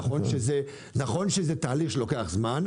נכון שזה תהליך שלוקח זמן.